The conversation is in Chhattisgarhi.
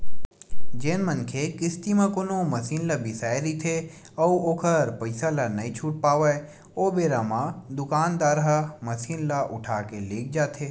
जेन मनखे किस्ती म कोनो मसीन ल बिसाय रहिथे अउ ओखर पइसा ल नइ छूट पावय ओ बेरा म दुकानदार ह मसीन ल उठाके लेग जाथे